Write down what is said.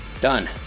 Done